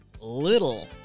little